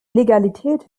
illegalität